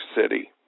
City